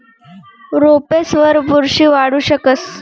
रोपेसवर बुरशी वाढू शकस